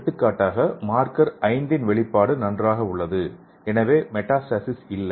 எடுத்துக்காட்டாக மார்க்கர் 5 இன் வெளிப்பாடு நன்றாக உள்ளது எனவே மெட்டாஸ்டாஸிஸ் இல்லை